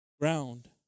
ground